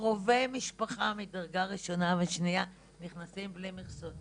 קרובי משפחה מדרגה ראשונה ושנייה נכנסים בלי מכסות.